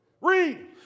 Read